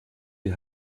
die